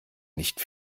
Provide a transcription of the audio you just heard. nicht